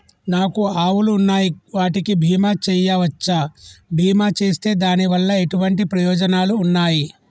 నాకు ఆవులు ఉన్నాయి వాటికి బీమా చెయ్యవచ్చా? బీమా చేస్తే దాని వల్ల ఎటువంటి ప్రయోజనాలు ఉన్నాయి?